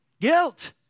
Guilt